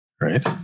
right